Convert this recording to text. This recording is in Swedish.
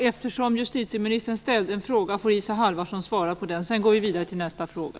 Eftersom justitieministern ställde en fråga får Isa Halvarsson svara på den. Sedan går vi vidare till nästa fråga.